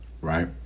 right